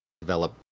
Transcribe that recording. develop